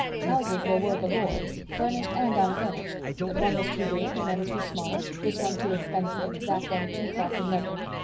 houses there were galore, furnished and unfurnished but one was too big, another too small this one too expensive, that one too far from redmond.